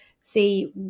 see